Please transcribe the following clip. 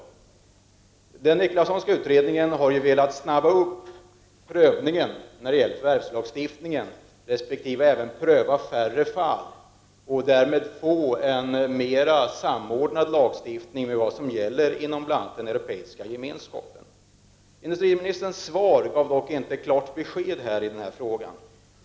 I den Niklassonska utredningen har man velat snabba upp prövningen när det gäller förvärvslagstiftningen och även pröva färre fall och därmed få en mera samordnad lagstiftning med vad som gäller inom bl.a. den europeiska gemenskapen. Industriministerns svar gav dock inte klart besked i den här frågan.